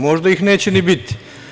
Možda ih neće ni biti.